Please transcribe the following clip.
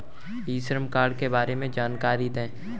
श्रम कार्ड के बारे में जानकारी दें?